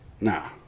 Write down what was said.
Nah